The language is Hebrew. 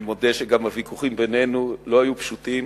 אני מודה שגם הוויכוחים בינינו לא היו פשוטים.